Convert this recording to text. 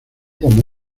como